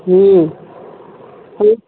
ହୁଁ ହୁଁ